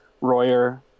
Royer